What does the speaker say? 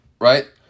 right